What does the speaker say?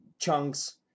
chunks